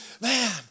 Man